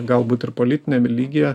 galbūt ir politiniame lygyje